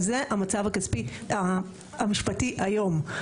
אז זה המצב המשפטי היום.